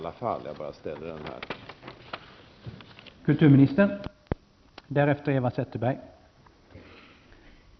Men jag ville ändå ställa den här frågan.